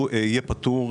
הוא יהיה פטור,